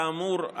כאמור,